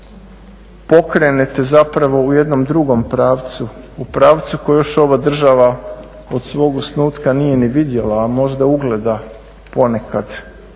pokrenete zapravo u jednom drugom pravcu, u pravcu koji još ova država od svog osnutka nije ni vidjela, a možda ugleda ponekad